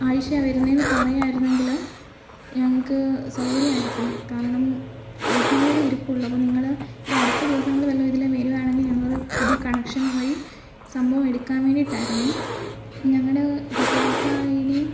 ആഴ്ചയാണ് വരുന്നതെന്ന് പറയാമായിരുന്നെങ്കിൽ ഞങ്ങൾക്ക് സൗകര്യമായിരിക്കും കാരണം ഒരെണ്ണം കൂടി ഇരിപ്പുള്ളൂ അപ്പോൾ നിങ്ങൾ ഈ അടുത്തദിവസങ്ങളിൽ വല്ലതും ഇതിലെ വരുവാണെങ്കിൽ ഞങ്ങൾ പുതിയ കണക്ഷൻ വഴി സംഭവം എടുക്കാൻ വേണ്ടിയിട്ടായിരുന്നു ഞങ്ങളുടെ ഉപഭോക്താ ഐ ഡി